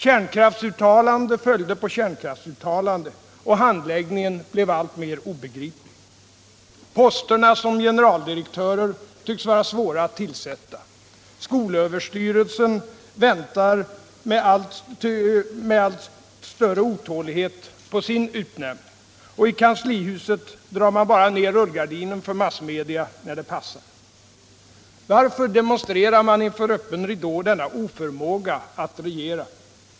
Kärnkraftsuttalande följde på kärnkraftsuttalande och handläggningen blev alltmer obegriplig. Posterna som generaldirektörer tycks vara svåra att tillsätta; skolöverstyrelsen väntar allt otåligare på sin utnämning. Och i kanslihuset drar man bara ner rullgardinen för massmedia när det passar. Varför demonstrerar man inför öppen ridå denna oförmåga att regera?